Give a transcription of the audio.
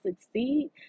succeed